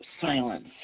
silence